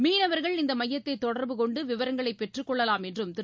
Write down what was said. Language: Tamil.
மீனவர்கள் இந்தமையத்தைதொடர்பு கொண்டுவிவரங்களைப் பெற்றுக் கொள்ளலாம் என்றும் திரு